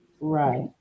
Right